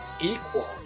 equal